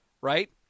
Right